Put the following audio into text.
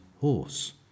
horse